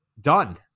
done